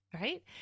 Right